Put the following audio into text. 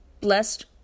blessed